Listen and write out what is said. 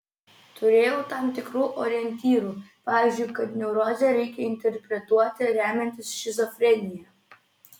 turėjau tam tikrų orientyrų pavyzdžiui kad neurozę reikia interpretuoti remiantis šizofrenija